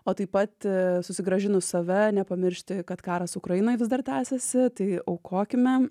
o taip pat susigrąžinus save nepamiršti kad karas ukrainoj vis dar tęsiasi tai aukokime